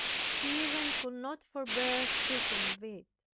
she even could not forbear speaking of it.